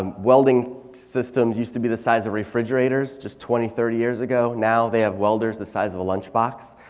um welding systems use to be the size of refrigerators just twenty, thirty years ago. now they have welders the size of a lunch box.